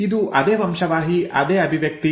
ಇದು ಅದೇ ವಂಶವಾಹಿ ಅದೇ ಅಭಿವ್ಯಕ್ತಿ